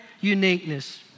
uniqueness